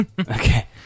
Okay